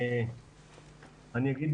אני אגיד